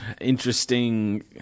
interesting